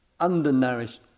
undernourished